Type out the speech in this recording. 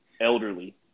elderly